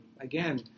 again